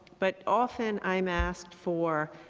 but often, i'm asked for